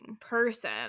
person